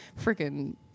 freaking